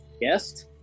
guest